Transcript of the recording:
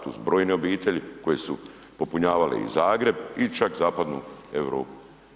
Tu su brojne obitelji koje su popunjavale i Zagreb i čak Zapadnu Europu.